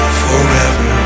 forever